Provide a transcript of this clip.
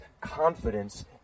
confidence